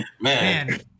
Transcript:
Man